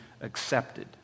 accepted